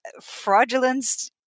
fraudulence